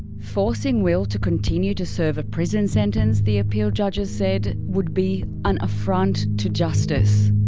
forcing will to continue to serve a prison sentence, the appeal judges said, would be an affront to justice.